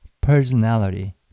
personality